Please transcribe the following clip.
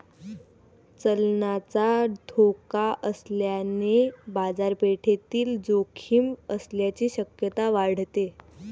चलनाचा धोका असल्याने बाजारपेठेतील जोखीम असण्याची शक्यता वाढते